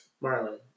Marley